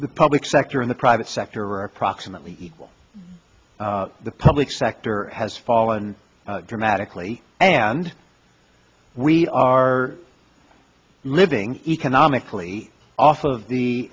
the public sector in the private sector approximately the public sector has fallen dramatically and we are living economically off of the